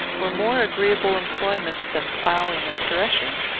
were more agreeable employments than ploughing and threshing.